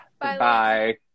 Bye